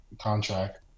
contract